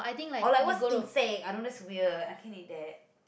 or like what's insects I don't that's weird I can't eat that